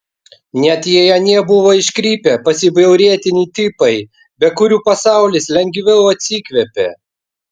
net jei anie buvo iškrypę pasibjaurėtini tipai be kurių pasaulis lengviau atsikvėpė